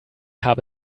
habe